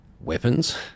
weapons